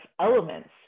elements